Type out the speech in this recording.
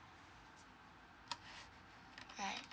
right